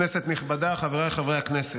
כנסת נכבדה, חבריי חברי הכנסת,